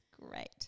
great